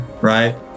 right